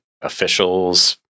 officials